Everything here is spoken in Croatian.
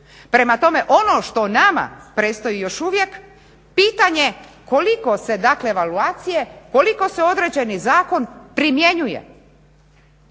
Prema tome ono što nama predstoji još uvijek pitanje koliko se evaluacije koliko se određeni zakon primjenjuje.